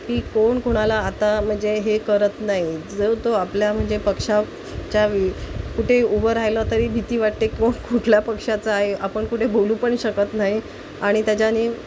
की कोण कोणाला आता म्हणजे हे करत नाही जो तो आपल्या म्हणजे पक्षाच्या वि कुठे आहे उभं राहिलं तरी भीती वाटते कोण कुठल्या पक्षाचा आहे आपण कुठे बोलू पण शकत नाही आणि त्याच्याने